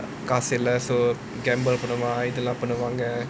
காசு இல்ல:kaasu illa gamble பண்ணுவாங்க:pannuvaanga